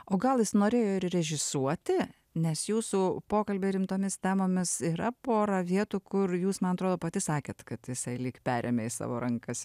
o gal jis norėjo ir režisuoti nes jūsų pokalbiai rimtomis temomis yra pora vietų kur jūs man atrodo pati sakėt kad jisai lyg perėmė į savo rankas